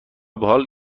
بحال